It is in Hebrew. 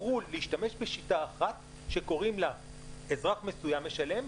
בחרו להשתמש בשיטה אחת שקוראים לה 'אזרח מסוים משלם'